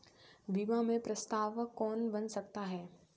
बीमा में प्रस्तावक कौन बन सकता है?